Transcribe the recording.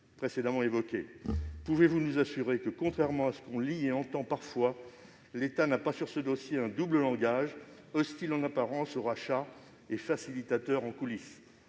précédemment évoquées ? Peut-il nous assurer que, contrairement à ce qu'on lit et entend parfois, l'État n'a pas, sur ce dossier, un double langage, hostile au rachat en apparence, mais facilitateur en coulisses ?